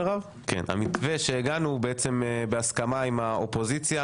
שהמתווה שהגענו בהסכמה עם האופוזיציה